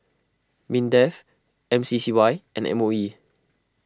Mindef M C C Y and M O E